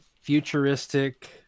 futuristic